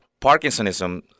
Parkinsonism